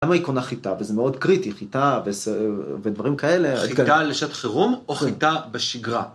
למה היא קונה חיטה? וזה מאוד קריטי, חיטה ודברים כאלה. חיטה לשעת חירום או חיטה בשגרה?